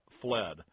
fled